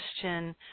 question